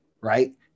Right